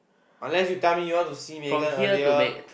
unless you tell me you want to see Megan earlier